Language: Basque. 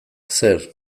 zer